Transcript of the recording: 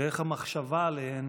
ואיך המחשבה עליהן